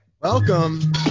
Welcome